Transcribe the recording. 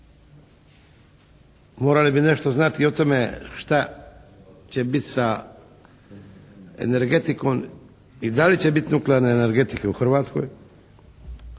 Morali bi nešto znati i o tome šta će biti sa energetikom i da li će biti nuklearne energetike u Hrvatskoj?